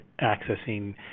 accessing